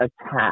attack